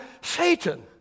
Satan